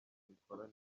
abikora